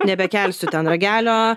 nebekelsiu ten ragelio